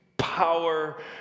power